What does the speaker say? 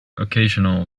occasional